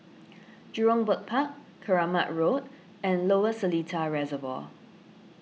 Jurong Bird Park Keramat Road and Lower Seletar Reservoir